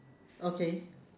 okay